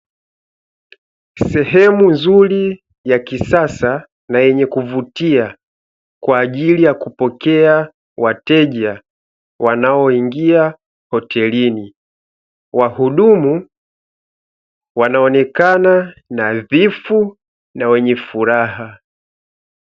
Sehemu nzuri ya kisasa na yenye kuvutia kwa ajili ya kupokea wateja wanaoingia hotelini. Wahudumu wanaonekana nadhifu na wenye furaha.